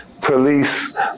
police